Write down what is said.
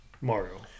Mario